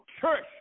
church